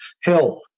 health